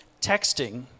texting